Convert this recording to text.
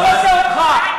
לא רוצה אותך.